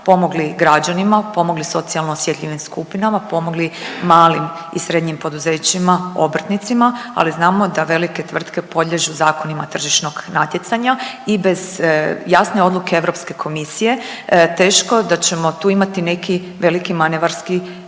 pomogli građanima, pomogli socijalno osjetljivim skupinama, pomogli malim i srednjim poduzećima obrtnicima, ali znamo da velike tvrtke podliježu zakonima tržišnog natjecanja i bez jasne odluke Europske komisije teško da ćemo tu imati neki veliki manevarski